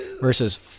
versus